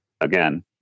again